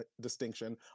distinction